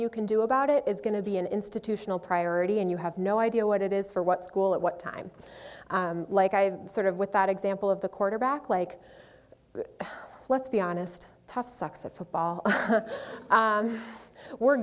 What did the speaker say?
you can do about it is going to be an institutional priority and you have no idea what it is for what school at what time like i sort of with that example of the quarterback like let's be honest tough sucks at football we're